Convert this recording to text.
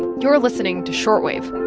you're listening to short wave